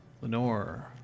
Lenore